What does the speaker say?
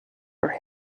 are